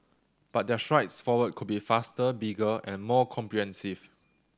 but their strides forward could be faster bigger and more comprehensive